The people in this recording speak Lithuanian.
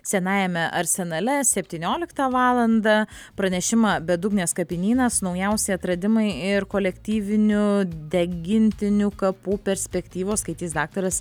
senajame arsenale septynioliktą valandą pranešimą bedugnės kapinynas naujausi atradimai ir kolektyvinių degintinių kapų perspektyvos skaitys daktaras